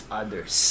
others